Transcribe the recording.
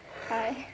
hi